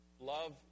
Love